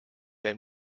veel